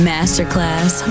Masterclass